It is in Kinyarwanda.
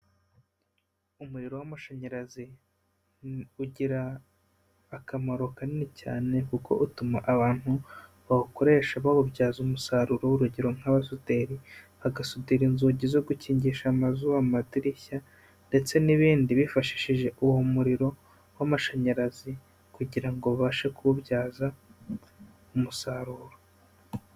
Umuriro w'amashanyarazi ugira akamaro kanini cyane kuko utuma abantu bawukoresha bawubyaza umusaruro, nk'urugero nk'abasuderi bagasudira inzugi zo gukingisha amazu, amadirishya ndetse n'ibindi bifashishije uwo muriro w'amashanyarazi kugira ngo babashe kuwubyaza umusaruro.